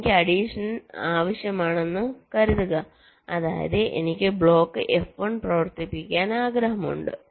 എനിക്ക് അഡിഷൻ ആവശ്യമാണെന്ന് കരുതുക അതായത് എനിക്ക് ബ്ലോക്ക് F1 പ്രവർത്തിപ്പിക്കാൻ ആഗ്രഹമുണ്ട്